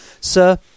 Sir